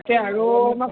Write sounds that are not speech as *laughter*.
তাকে আৰু আমাৰ *unintelligible*